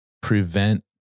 prevent